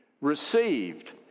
received